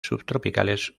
subtropicales